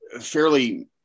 fairly